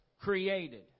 created